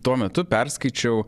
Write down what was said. tuo metu perskaičiau